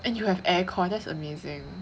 and you have air con that's amazing